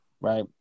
right